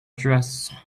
dress